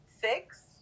six